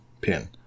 pin